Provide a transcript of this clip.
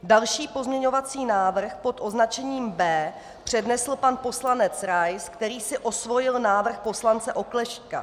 Další pozměňovací návrh pod označením B přednesl pan poslanec Rais, který si osvojil návrh poslance Oklešťka.